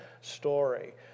story